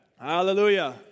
Hallelujah